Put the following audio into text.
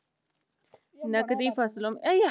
नकदी फसलों में सबसे अच्छी फसल कौन सी है?